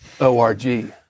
o-r-g